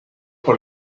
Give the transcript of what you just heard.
por